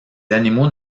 animaux